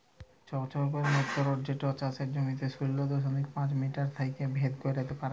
ছবছৈলর যলত্র যেট চাষের জমির শূন্য দশমিক পাঁচ মিটার থ্যাইকে ভেদ ক্যইরতে পারে